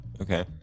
Okay